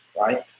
right